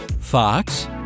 Fox